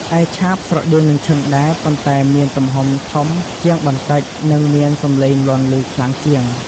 ឯឆាប ស្រដៀងនឹងឈិងដែរ ប៉ុន្តែមានទំហំធំជាងបន្តិច និងមានសំឡេងលាន់ឮខ្លាំងជាង។